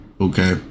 Okay